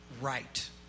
right